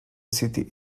city